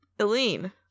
Eileen